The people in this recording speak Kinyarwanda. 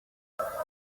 umukobwa